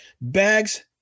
bags